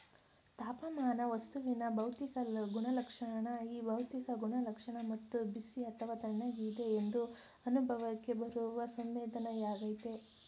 ತಾಪಮಾನ ವಸ್ತುವಿನ ಭೌತಿಕ ಗುಣಲಕ್ಷಣ ಈ ಭೌತಿಕ ಗುಣಲಕ್ಷಣ ವಸ್ತು ಬಿಸಿ ಅಥವಾ ತಣ್ಣಗಿದೆ ಎಂದು ಅನುಭವಕ್ಕೆ ಬರುವ ಸಂವೇದನೆಯಾಗಯ್ತೆ